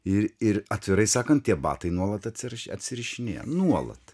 ir ir atvirai sakant tie batai nuolat atsiriša atsirašinėja nuolat